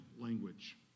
language